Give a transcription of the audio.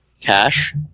cash